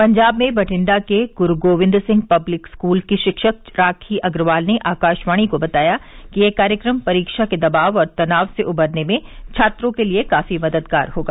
पंजाब में बठिंडा के Guru Gobind Singh public school की शिक्षक राखी अग्रवाल ने आकाशवाणी को बताया कि यह कार्यक्रम परीक्षा के दबाव और तनाव से उबरने में छात्रों के लिए काफी मददगार होगा